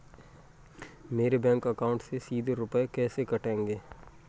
मेरे bank account से सीधे रुपए कैसे कटेंगे?